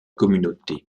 communauté